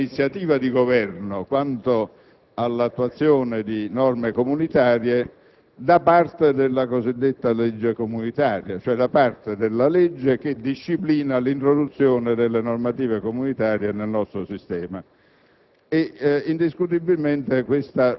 che viene posta sull'iniziativa di Governo quanto all'attuazione di norme comunitarie da parte della cosiddetta legge comunitaria, cioè da parte della legge che disciplina in via generale l'introduzione delle normative comunitarie nel nostro sistema.